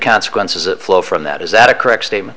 consequences that flow from that is that a correct statement